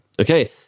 Okay